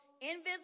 invisible